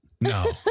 No